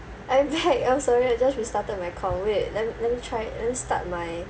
I'm back oh sorry I just restarted my call wait let let me try let me start my